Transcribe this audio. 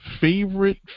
favorite